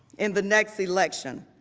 in the next election.